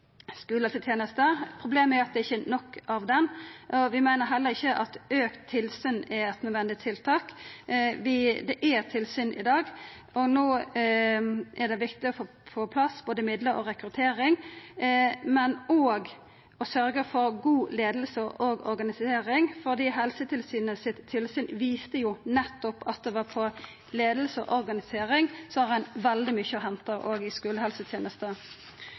problemet er at det ikkje er nok av han. Vi meiner heller ikkje at auka tilsyn er eit nødvendig tiltak. Det er tilsyn i dag. No er det viktig å få på plass både midlar og rekruttering, men òg å sørgja for god leiing og organisering, for Helsetilsynet sitt tilsyn viste nettopp at når det gjeld leiing og organisering, har ein veldig mykje å henta òg i skulehelsetenesta.